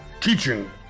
Teaching